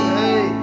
hey